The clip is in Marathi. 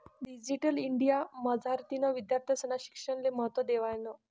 डिजीटल इंडिया मझारतीन विद्यार्थीस्ना शिक्षणले महत्त्व देवायनं